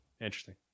interesting